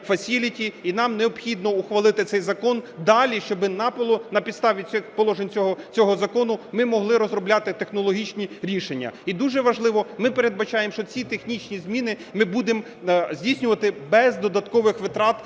І нам необхідно ухвалити цей закон далі, щоб на підставі положень цього закону ми могли розробляти технологічні рішення. І дуже важливо, ми передбачаємо, що ці технічні зміни ми будемо здійснювати без додаткових витрат